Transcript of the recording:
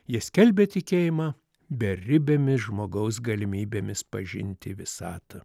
jie skelbė tikėjimą beribėmis žmogaus galimybėmis pažinti visatą